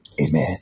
Amen